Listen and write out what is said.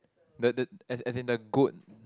the the as as in the goat